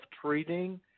treating